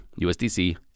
USDC